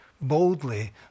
boldly